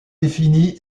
défini